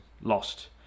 lost